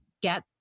get